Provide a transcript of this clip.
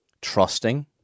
Trusting